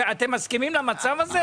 אתם מסכימים למצב הזה,